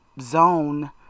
zone